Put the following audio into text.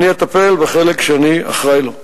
אני אטפל בחלק שאני אחראי לו.